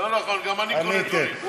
לא נכון, גם אני קונה דברים.